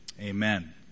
Amen